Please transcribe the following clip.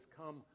come